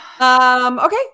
Okay